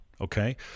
Okay